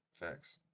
Facts